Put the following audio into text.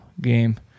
game